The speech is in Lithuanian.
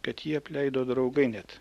kad jį apleido draugai net